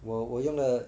我我用了